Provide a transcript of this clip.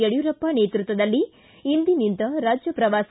ಯಡ್ಕೂರಪ್ಪ ನೇತೃತ್ವದಲ್ಲಿ ಇಂದಿನಿಂದ ರಾಜ್ಯ ಪ್ರವಾಸ